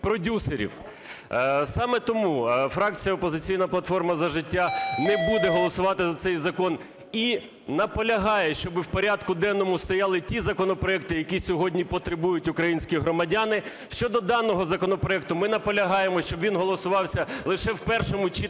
продюсерів. Саме тому фракція "Опозиційна платформа – За життя" не буде голосувати за цей закон. І наполягає, щоби в порядку денному стояли ті законопроекти, яких сьогодні потребують українські громадяни. Щодо даного законопроекту. Ми наполягаємо, щоб він голосувався лише в першому